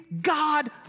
God